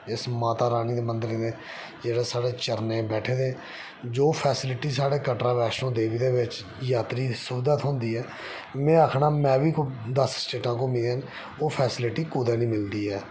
इस माता रानी दे मंदरें दे जेह्ड़ा साढ़ा चरणें च बैठे दे जो फैसिलिटी साढ़े कटड़ा वैष्णो देवी यात्रियें गी सुविधा थ्होंदी ऐ में आखना में बी कोई दस्स स्टेटां घुम्मियां न ओह् फैसिलिटी कुतै नीं मिलदी ऐ